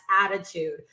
attitude